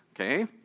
okay